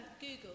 Google